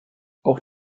auch